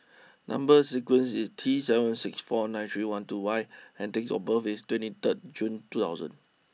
number sequence is T seven six four nine three one two Y and date of birth is twenty third June two thousand